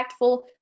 impactful